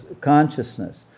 consciousness